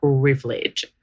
privilege